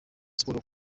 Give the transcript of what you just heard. siporo